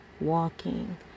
walking